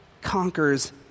conquers